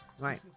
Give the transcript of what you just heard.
Right